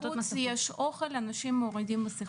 בחוץ יש אוכל, אנשים מורידים מסכות.